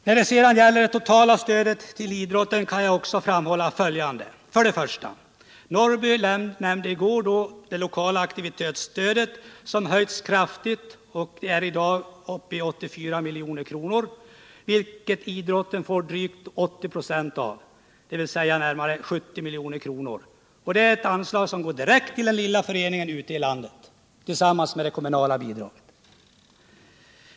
När det sedan gäller det totala stödet till idrotten kan jag också framhålla följande: För det första nämnde Karl-Eric Norrby i går det lokala aktivitetsstödet, som höjts kraftigt och i dag är uppe i 84 milj.kr., vilket idrotten får drygt 80 96 av, dvs. ca 70 milj.kr., som går direkt till de små föreningarna ute i landet tillsammans med det kommunala bidraget.